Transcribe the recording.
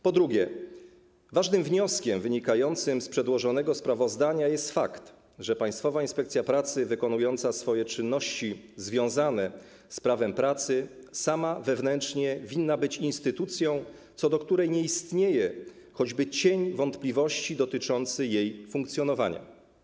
Po drugie, ważnym wnioskiem wynikającym z przedłożonego sprawozdania jest fakt, że Państwowa Inspekcja Pracy wykonująca swoje czynności związane z prawem pracy sama wewnętrznie winna być instytucją, co do której nie istnieje choćby cień wątpliwości dotyczący jej funkcjonowania.